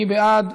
מי בעד?